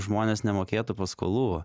žmonės nemokėtų paskolų